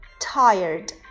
Tired